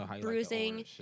bruising